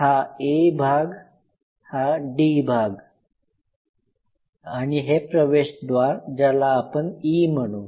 हा A भाग हा D भाग आणि हे प्रवेशद्वार ज्याला आपण E म्हणू